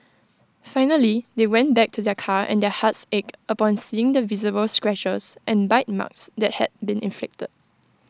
finally they went back to their car and their hearts ached upon seeing the visible scratches and bite marks that had been inflicted